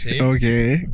okay